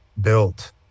built